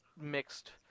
mixed